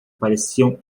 pareciam